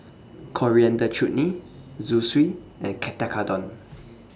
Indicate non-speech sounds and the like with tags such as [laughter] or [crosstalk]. Coriander Chutney Zosui and [unintelligible] Tekkadon